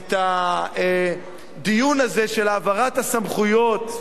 את הדיון הזה של העברת הסמכויות,